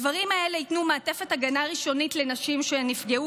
הדברים האלה ייתנו מעטפת הגנה ראשונית לנשים שנפגעו,